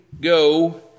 Go